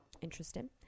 interesting